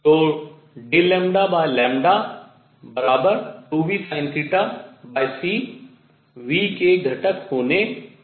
तो 2vsinθc v के घटक होने जा रहें है